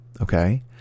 Okay